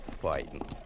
fighting